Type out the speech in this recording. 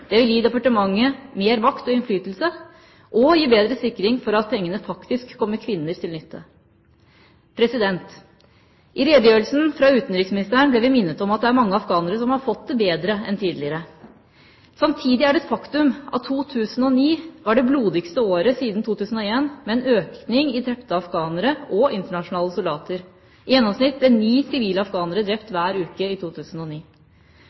Det vil gi departementet mer makt og innflytelse, og gi bedre sikring for at pengene faktisk kommer kvinner til nytte. I redegjørelsen fra utenriksministeren ble vi minnet om at det er mange afghanere som har fått det bedre enn tidligere. Samtidig er det et faktum at 2009 var det blodigste året siden 2001 med en økning i drepte afghanere og internasjonale soldater. I gjennomsnitt ble ni sivile afghanere drept hver uke i 2009.